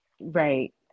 Right